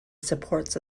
supports